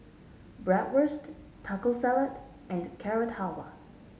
Bratwurst Taco Salad and Carrot Halwa